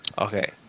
Okay